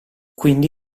quindi